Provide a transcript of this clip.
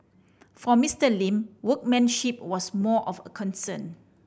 for Mister Lin workmanship was more of a concern